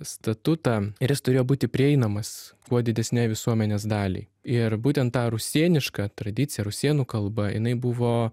statutą ir jis turėjo būti prieinamas kuo didesnei visuomenės daliai ir būtent ta rusėniška tradicija rusėnų kalba jinai buvo